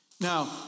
Now